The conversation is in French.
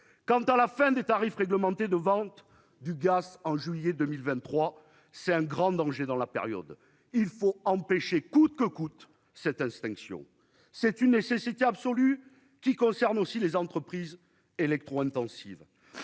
quant à la fin des tarifs réglementés de vente du gaz en juillet 2023, c'est un grand danger dans la période il faut empêcher coûte que coûte cette extinction, c'est une nécessité absolue, qui concerne aussi les entreprises électro-intensives